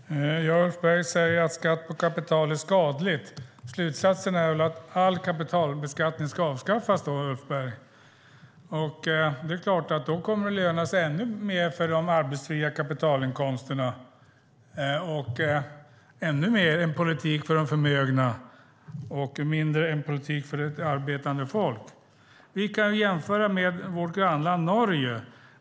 Herr talman! Ulf Berg säger att skatt på kapital är skadligt. Slutsatsen av det är väl att all kapitalbeskattning ska avskaffas, Ulf Berg? Då kommer det att vara ännu mer lönsamt med arbetsfria kapitalinkomster och vara ännu mer en politik för de förmögna och mindre en politik för ett arbetande folk. Vi kan jämföra med vårt grannland Norge.